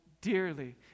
dearly